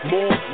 More